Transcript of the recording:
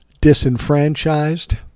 disenfranchised